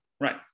right